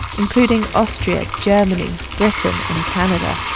including austria, germany, britain and canada.